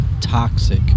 toxic